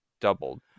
doubled